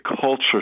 culture